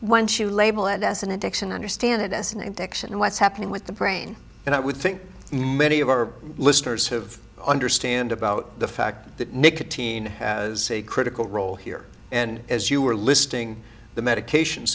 she label it as an addiction understand it as an addiction what's happening with the brain and i would think many of our listeners have understand about the fact that nicotine is a critical role here and as you were listing the medications